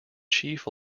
chief